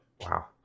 Wow